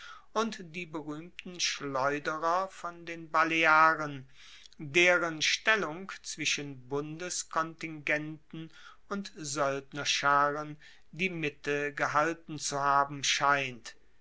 und die beruehmten schleuderer von den balearen deren stellung zwischen bundeskontingenten und soeldnerscharen die mitte gehalten zu haben scheint